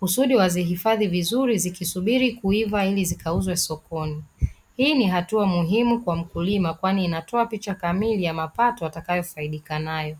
Kusudi wazihifadhi vizuri zikisubiri kuiva ili zikauzwe sokoni, hii ni hatua muhimu kwa mkulima kwani inatoa picha kamili ya mapato watakayofaidika nayo.